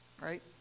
right